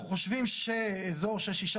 אנחנו חושבים שאזור של 6%,